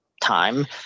time